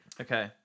Okay